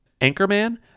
Anchorman